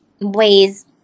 ways